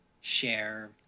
share